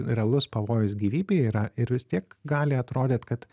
realus pavojus gyvybei yra ir vis tiek gali atrodyt kad